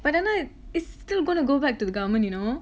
but ஆனா:aanaa it's still gonna go back to the government you know